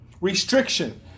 restriction